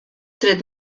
tret